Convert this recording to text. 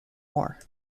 more